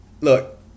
Look